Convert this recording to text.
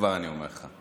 כבר אני אומר לך.